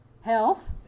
Health